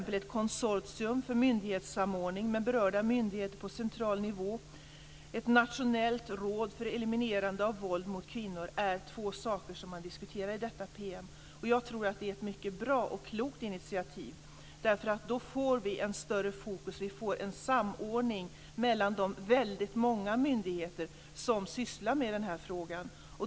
Ett konsortium för myndighetssamordning med berörda myndigheter på central nivå och ett nationellt råd för eliminerande av våld mot kvinnor är två saker som man diskuterar i denna PM. Jag tror att det är ett mycket bra och klokt initiativ. Då får vi ett bättre fokus. Vi får en samordning mellan de väldigt många myndigheter som sysslar med den här frågan.